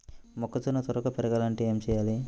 మొక్కజోన్న త్వరగా పెరగాలంటే ఏమి చెయ్యాలి?